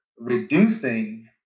reducing